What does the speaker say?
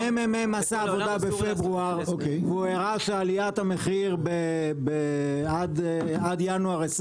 הממ"מ עשה עבודה בפברואר והוא הראה שעליית המחיר עד ינואר 23'